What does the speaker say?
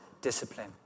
discipline